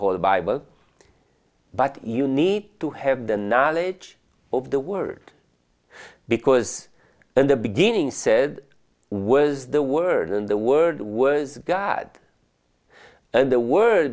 whole bible but you need to have the knowledge of the word because in the beginning said was the word and the word was god and the word